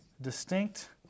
Distinct